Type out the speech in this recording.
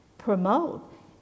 promote